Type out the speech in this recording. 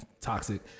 toxic